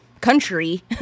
country